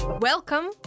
Welcome